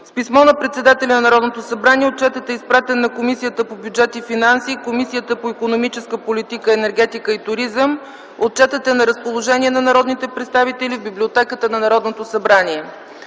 С писмо на председателя на Народното събрание отчетът е изпратен на Комисията по бюджет и финанси и Комисията по икономическа политика, енергетика и туризъм. Отчетът е на разположение на народните представители в библиотеката на Народното събрание.